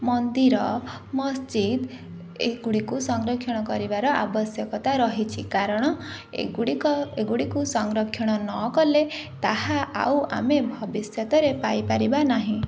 ମନ୍ଦିର ମସଜିଦ୍ ଏଗୁଡ଼ିକୁ ସଂରକ୍ଷଣ କରିବାର ଆବଶ୍ୟକତା ରହିଛି କାରଣ ଏଗୁଡ଼ିକ ଏଗୁଡ଼ିକୁ ସଂରକ୍ଷଣ ନକଲେ ତାହା ଆଉ ଆମେ ଭବିଷ୍ୟତରେ ପାଇପାରିବା ନାହିଁ